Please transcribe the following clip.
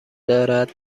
دارد